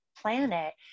planet